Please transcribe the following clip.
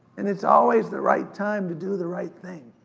and it's always the right time to do the right thing.